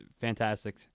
fantastic